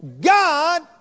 God